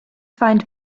find